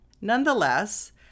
nonetheless